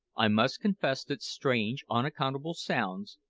i must confess that strange, unaccountable sounds,